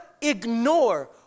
ignore